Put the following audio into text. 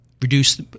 Reduce